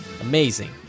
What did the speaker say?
Amazing